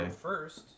first